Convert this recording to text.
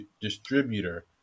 distributor